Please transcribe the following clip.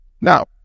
Now